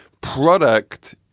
Product